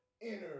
inner